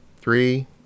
Three